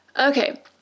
Okay